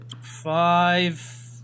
Five